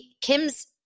Kim's